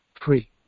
free